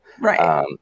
Right